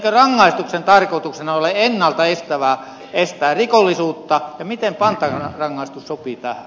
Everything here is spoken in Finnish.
eikö rangaistuksen tarkoituksena ole ennalta estää rikollisuutta ja miten pantarangaistus sopii tähän